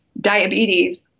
diabetes